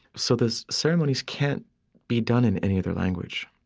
so those ceremonies can't be done in any other language.